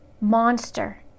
monster